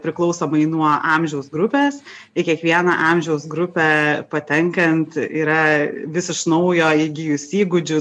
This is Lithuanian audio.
priklausomai nuo amžiaus grupės į kiekvieną amžiaus grupę patenkant yra vis iš naujo įgijus įgūdžių